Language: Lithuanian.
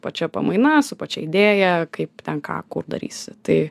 pačia pamaina su pačia idėja kaip ten ką kur darysi tai